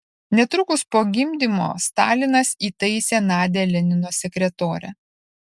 netrukus po gimdymo stalinas įtaisė nadią lenino sekretore